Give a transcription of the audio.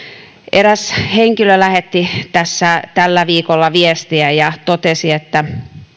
eräs henkilö lähetti tässä tällä viikolla viestiä ja totesi että